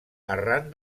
arran